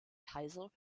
kaiser